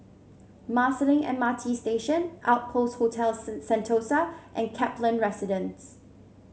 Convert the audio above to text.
Marsiling M R T Station Outpost Hotel Sen Sentosa and Kaplan Residence